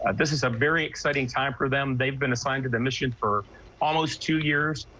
and this is a very exciting time for them they've been assigned to the mission for almost two years.